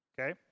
okay